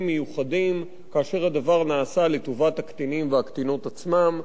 מיוחדים כאשר הדבר נעשה לטובת הקטינים והקטינות עצמם,